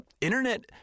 Internet